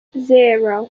zero